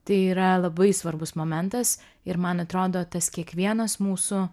tai yra labai svarbus momentas ir man atrodo tas kiekvienas mūsų